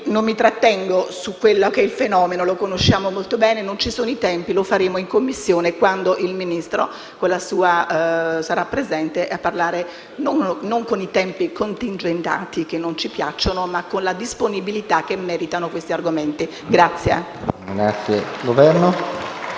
Non mi trattengo quindi su un fenomeno che conosciamo molto bene, non ci sono i tempi: lo faremo in Commissione, quando il Ministro sarà presente a parlare non con i tempi contingentati, che non ci piacciono, ma con la disponibilità che meritano questi argomenti. *(Applausi dal Gruppo